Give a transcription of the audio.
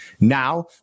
Now